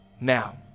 now